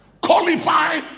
Qualify